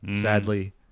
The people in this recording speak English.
sadly